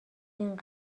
انقد